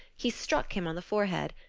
he struck him on the forehead.